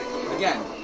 Again